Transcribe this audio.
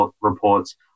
reports